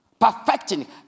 perfecting